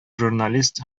журналист